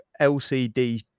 LCD